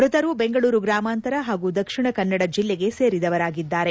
ಮ್ಬತರು ಬೆಂಗಳೂರು ಗ್ರಾಮಾಂತರ ಹಾಗೂ ದಕ್ಷಿಣ ಕನ್ನಡ ಜಿಲ್ಲೆಗೆ ಸೇರಿದವರಾಗಿದ್ದಾರೆ